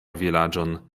vilaĝon